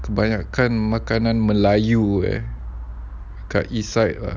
kebanyakan makanan melayu eh kat east side ah